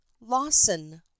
Lawson